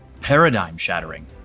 Paradigm-shattering